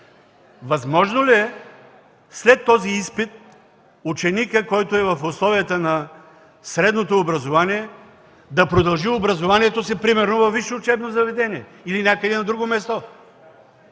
Възможно ли е след този изпит ученикът, който е в условията на средното образование, да продължи образованието си примерно във висше учебно заведение или някъде на друго място?